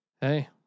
Hey